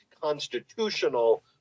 constitutional